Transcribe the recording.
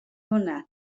hwnna